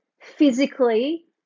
physically